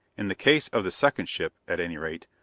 in the case of the second ship, at any rate,